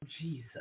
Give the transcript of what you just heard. Jesus